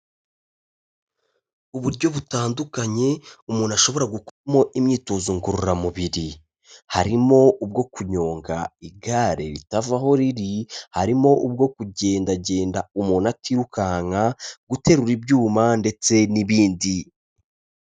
Uburyo butandukanye umuntu ashobora gukoramo imyitozo ngororamubiri, harimo ubwo kunyonga igare ritava aho riri, harimo ubwo kugendagenda umuntu atirukanka, guterura ibyuma ndetse n'ibindi.